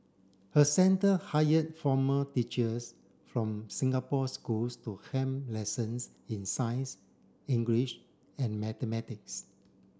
her centre hired former teachers from Singapore schools to helm lessons in science English and mathematics